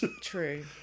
True